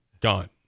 Gone